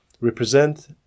represent